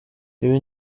ibi